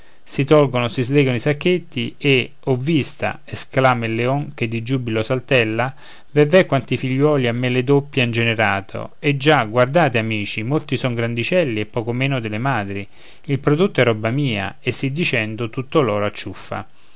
si tolgono si slegano i sacchetti e o vista esclama il leon che di giubilo saltella ve ve quanti figlioli a me le doppie han generato e già guardate amici molti son grandicelli e poco meno delle madri il prodotto è roba mia e sì dicendo tutto l'oro acciuffa